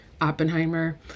Oppenheimer